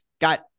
got